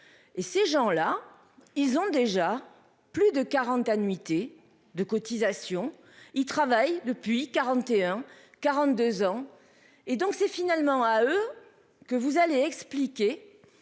Et ces gens-là ils ont déjà plus de 40 annuités de cotisation il travaille depuis 41 42 ans et donc c'est finalement à eux que vous allez expliquer.